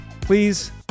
please